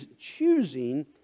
choosing